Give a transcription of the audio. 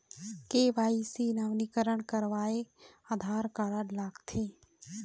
KYC नवीनीकरण करवाये Aadhaar card लगथे?